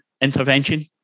intervention